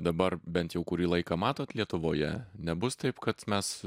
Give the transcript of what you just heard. dabar bent jau kurį laiką matot lietuvoje nebus taip kad mes